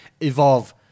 Evolve